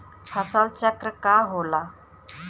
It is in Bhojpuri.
फसल चक्र का होला?